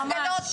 ראיות,